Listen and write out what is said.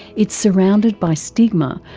it's surrounded by stigma,